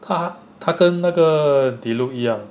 他他跟那个 diluc 一样